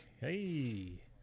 hey